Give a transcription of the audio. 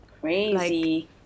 crazy